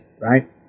right